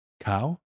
cow